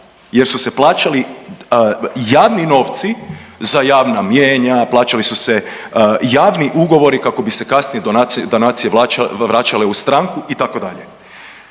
jer su se plaćali javni novci za javna mnijenja, plaćali su se javni ugovori kako bi se kasnije donacije vraćale u stranku itd.